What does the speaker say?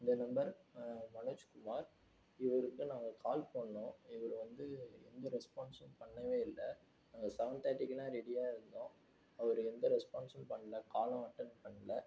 இந்த நம்பர் மனோஜ்குமார் இவருக்கு நாங்கள் கால் பண்ணோம் இவரு வந்து எந்த ரெஸ்பான்ஸும் பண்ணவே இல்லை செவன் தேர்டிக்கு எல்லாம் ரெடியாக இருந்தோம் அவரு எந்த ரெஸ்பான்ஸும் பண்ணல காலும் பண்ணல